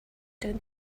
doing